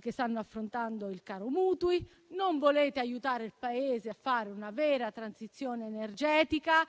che stanno affrontando il caro mutui; non volete aiutare il Paese a fare una vera transizione energetica,